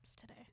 today